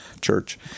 Church